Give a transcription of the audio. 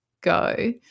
go